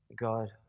God